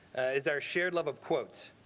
is our shared love of quotes.